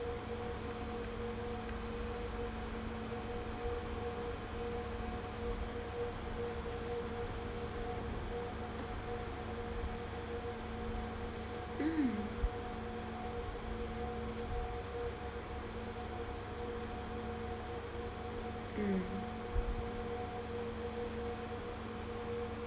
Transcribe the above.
mm mm